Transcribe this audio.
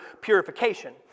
purification